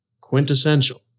quintessential